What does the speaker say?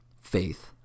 faith